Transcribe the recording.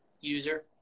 user